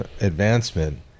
advancement